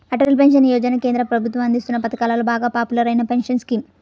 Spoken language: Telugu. అటల్ పెన్షన్ యోజన కేంద్ర ప్రభుత్వం అందిస్తోన్న పథకాలలో బాగా పాపులర్ అయిన పెన్షన్ స్కీమ్